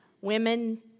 Women